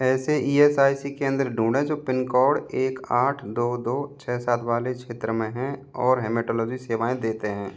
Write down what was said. ऐसे E S I C केंद्र ढूँढें जो पिन कोड एक आठ दो दो छह सात वाले क्षेत्र में हैं और हेमेटोलॉजी सेवाएँ देते हैं